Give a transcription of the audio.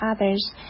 others